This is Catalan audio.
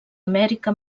amèrica